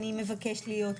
אני מבקש להיות,